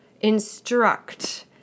instruct